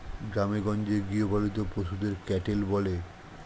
গ্রামেগঞ্জে গৃহপালিত পশুদের ক্যাটেল বলে